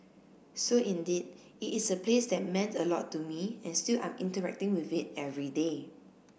so indeed it is a place that meant a lot to me and still I'm interacting with it every day